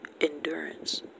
endurance